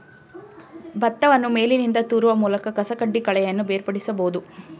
ಭತ್ತವನ್ನು ಮೇಲಿನಿಂದ ತೂರುವ ಮೂಲಕ ಕಸಕಡ್ಡಿ ಕಳೆಯನ್ನು ಬೇರ್ಪಡಿಸಬೋದು